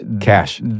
Cash